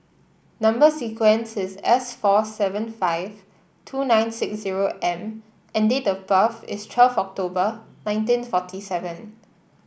number sequence is S four seven five two nine six zero M and date of birth is twelfth October nineteen forty seven